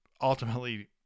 ultimately